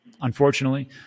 unfortunately